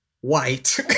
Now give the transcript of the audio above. white